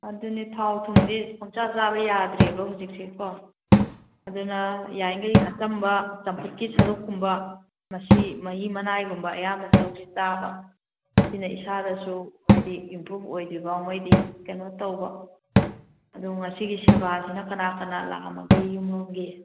ꯑꯗꯨꯅꯤ ꯊꯥꯎ ꯊꯨꯝꯗꯤ ꯄꯪꯆꯥ ꯆꯥꯕ ꯌꯥꯗ꯭ꯔꯦꯕ ꯍꯧꯖꯤꯛꯁꯦ ꯀꯣ ꯑꯗꯨꯅ ꯌꯥꯔꯤꯒꯩ ꯑꯆꯝꯕ ꯆꯝꯐꯨꯠꯀꯤ ꯁꯔꯨꯛꯀꯨꯝꯕ ꯃꯁꯤ ꯃꯍꯤ ꯃꯅꯥꯏꯒꯨꯝꯕ ꯑꯌꯥꯝꯕ ꯁꯔꯨꯛꯁꯤ ꯆꯥꯕ ꯁꯤꯅ ꯏꯁꯥꯗꯁꯨ ꯍꯥꯏꯕꯗꯤ ꯏꯝꯄ꯭ꯔꯨꯞ ꯑꯣꯏꯗ꯭ꯔꯤꯐꯥꯎꯒꯤꯗꯤ ꯀꯩꯅꯣ ꯇꯧꯕ ꯑꯗꯣ ꯉꯁꯤꯒꯤ ꯁꯦꯕꯤꯁꯤꯅ ꯀꯅꯥ ꯀꯅꯥ ꯂꯥꯛꯑꯝꯃꯒꯦ ꯌꯨꯝꯂꯣꯝꯒꯤ